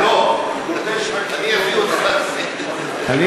בוא תראה, אני אביא אותך, אני